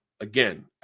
again